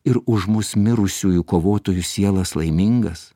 ir už mūsų mirusiųjų kovotojų sielas laimingas